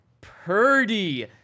Purdy